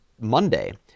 Monday